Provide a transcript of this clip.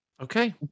Okay